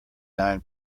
nine